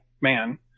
man